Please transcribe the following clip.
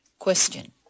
Question